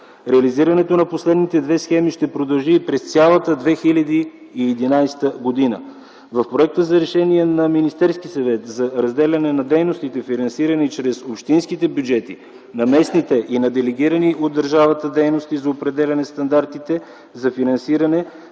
Реализирането на последните две схеми ще продължи и през цялата 2011 г. В Проекта за решение на Министерския съвет за разделяне на дейностите, финансирани чрез общинските бюджети, на местните и на делегирани от държавата дейности за определяне стандартите за финансиране,